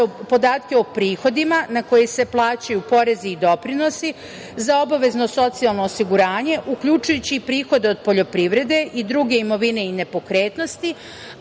o prihodima na koje se plaćaju porezi i doprinosi za obavezno socijalno osiguranje, uključujući prihod od poljoprivrede i druge imovine i nepokretnosti,